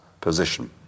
position